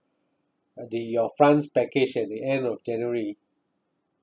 uh they your france package at the end of january